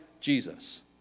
Jesus